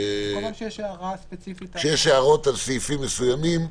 כשיש הערות על סעיפים מסוימים,